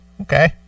Okay